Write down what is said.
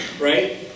right